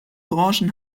branchen